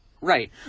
right